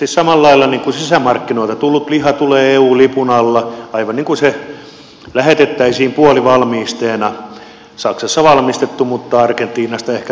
samalla lailla sisämarkkinoilta tullut liha tulee eun lipun alla aivan kuin se lähetettäisiin puolivalmisteena saksassa valmistettu mutta argentiinasta ehkä tullut